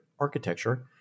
architecture